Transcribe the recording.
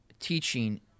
Teaching